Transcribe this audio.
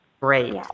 Great